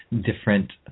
different